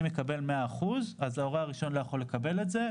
מקבל 100% אז ההורה הראשון לא יכול לקבל את זה,